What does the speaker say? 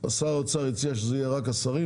שר האוצר הציע שזה יהיה רק השרים,